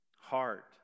heart